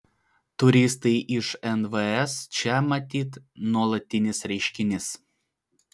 turistai iš nvs čia matyt nuolatinis reiškinys